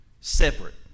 Separate